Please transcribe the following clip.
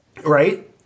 Right